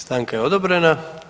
Stanka je odobrena.